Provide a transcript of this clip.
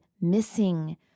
missing